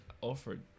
offered